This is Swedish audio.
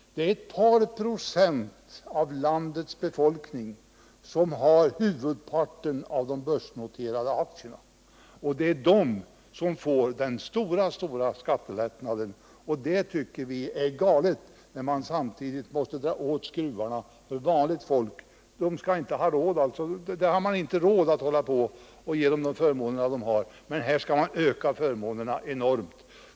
Det är trots allt ett par procent av landets befolkning som har huvudparten av de börsnoterade aktierna, och det är de som får den största skattelättnaden. Det tycker vi är galet, när man samtidigt måste dra åt skruvarna för vanligt folk. Man har inte råd att låta dem få behålla de förmåner de har, men för aktieägarna skall man öka förmånerna enormt.